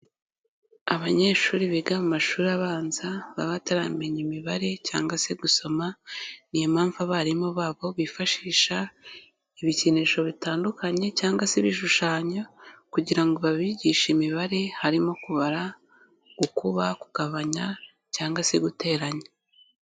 Abanyeshuri biga mu mashuri abanza baba bataramenya imibare cyangwa se gusoma, ni yo mpamvu abarimu babo bifashisha ibikinisho bitandukanye cyangwa se ibishushanyo kugira ngo babigishe imibare, harimo kubara, gukuba, kugabanya cyangwa se guteranya.